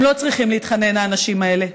הם לא צריכים להתחנן, האנשים האלה.